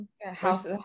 House